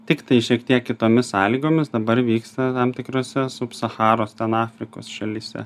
tiktai šiek tiek kitomis sąlygomis dabar vyksta tam tikrose sub sacharos ten afrikos šalyse